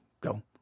go